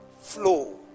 flow